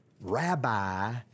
rabbi